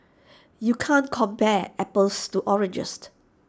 you can't compare apples to